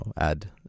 add